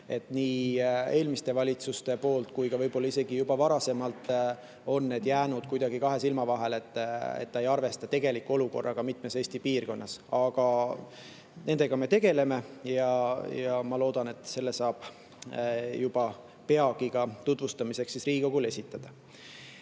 nii eelmistel valitsustel kui ka võib-olla isegi juba varasematel on see jäänud kuidagi kahe silma vahele ja ei arvesta tegelikku olukorda mitmes Eesti piirkonnas. Aga sellega me tegeleme ja ma loodan, et selle saab juba peagi esitada tutvumiseks ka